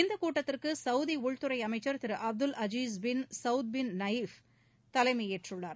இந்த கூட்டத்திற்கு சவுதி உள்துறை அமைச்சர் திரு Abdul Aziz bin Saud bin Naif தலைமையேற்றுள்ளார்